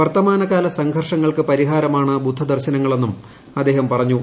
വർത്തമാനകാല സംഘർഷങ്ങൾക്ക് പരിഹാരമാണ് ബുദ്ധ ദർശനങ്ങളെന്നും അദ്ദേഹം പറഞ്ഞു